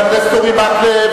אבל זכותם לפעול,